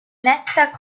netta